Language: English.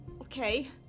Okay